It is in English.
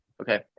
okay